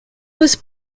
was